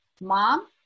mom